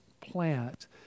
plant